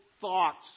thoughts